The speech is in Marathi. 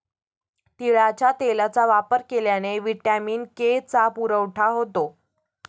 तिळाच्या तेलाचा वापर केल्याने व्हिटॅमिन के चा पुरवठा होतो